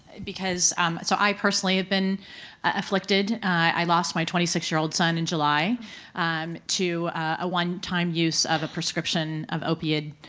because um so i personally have been afflicted. i lost my twenty six year old son in july um to a one-time use of a prescription of opioid